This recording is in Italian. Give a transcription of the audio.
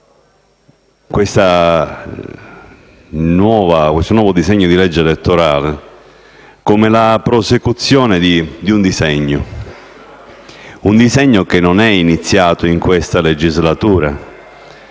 questo nuovo disegno di legge elettorale come la prosecuzione di un disegno, che non è iniziato in questa legislatura